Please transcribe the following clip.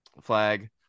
flag